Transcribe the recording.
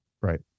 Right